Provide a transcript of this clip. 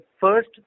first